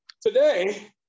today